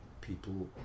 people